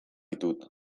ditut